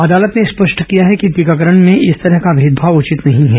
अदालत ने स्पष्ट किया कि टीकाकरण में इस तरह का भेदभाव उचित नहीं है